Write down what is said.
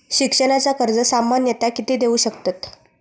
शिक्षणाचा कर्ज सामन्यता किती देऊ शकतत?